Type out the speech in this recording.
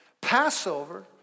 Passover